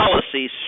policies